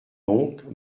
donc